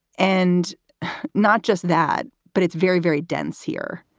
and not just that, but it's very, very dense here.